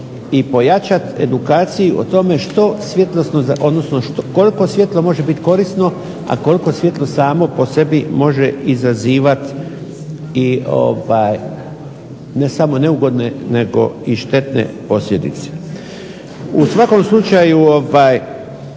i pojačati edukaciju o tome koliko svjetlo može biti korisno, a koliko svjetlo samo po sebi može izazivati ne samo neugodne nego i štetne posljedice. U svakom slučaju